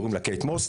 קוראים לה קייט מוס,